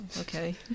okay